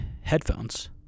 headphones